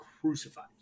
crucified